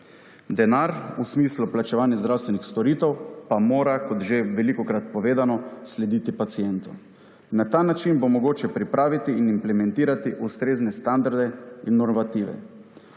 denar, v smislu plačevanja zdravstvenih storitev, pa mora, kot že velikokrat povedano, slediti pacientom. Na ta način bo mogoče pripraviti in implementirati ustrezne standarde in normative.